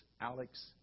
Alex